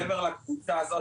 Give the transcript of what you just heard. מעבר לקבוצה הזאת,